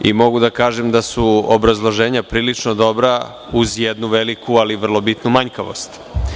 Mogu da kažem da su obrazloženja prilično dobra uz jednu veliku, ali vrlo bitnu, manjkavost.